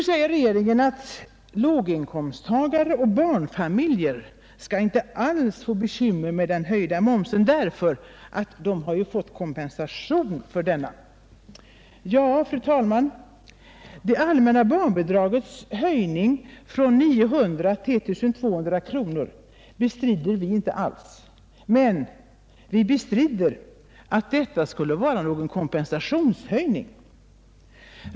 Regeringen säger att låginkomsttagare och barnfamiljer inte alls skall få bekymmer med den höjda momsen, därför att de har fått kompen sation för denna. Ja, fru talman, det allmänna barnbidragets höjning från 900 kronor till 1 200 kronor per år bestrider vi inte alls, men vi bestrider att detta skulle vara något slag av kompensationshöjning.